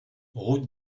route